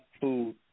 food